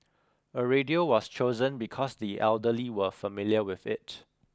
a radio was chosen because the elderly were familiar with it